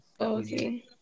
Okay